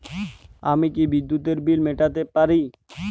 আমি কি বিদ্যুতের বিল মেটাতে পারি?